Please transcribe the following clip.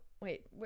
wait